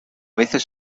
veces